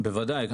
בוודאי.